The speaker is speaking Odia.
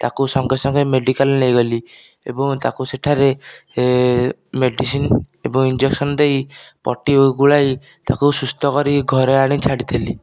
ତାକୁ ସଙ୍ଗେ ସଙ୍ଗେ ମେଡ଼ିକାଲ ନେଇଗଲି ଏବଂ ତାକୁ ସେଠାରେ ଏ ମେଡ଼ିସିନ ଏବଂ ଇଞ୍ଜେକ୍ସନ ଦେଇ ପଟି ଗୁଡ଼ାଇ ତାକୁ ସୁସ୍ଥ କରି ଘରେ ଆଣି ଛାଡ଼ିଥିଲି